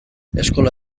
eskola